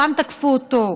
תקפו אותו,